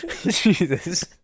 Jesus